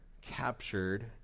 captured